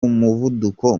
muvuduko